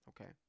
okay